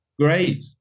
Great